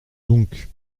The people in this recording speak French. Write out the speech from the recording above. donc